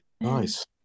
nice